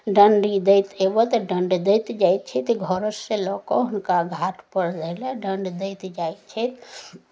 दण्डी दैत अयबह तऽ दण्ड दैत जाइ छथि घरसँ लऽ कऽ हुनका घाटपर जाइ लेल दण्ड दैत जाइ छथि